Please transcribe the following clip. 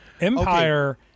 Empire